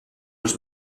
els